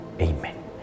Amen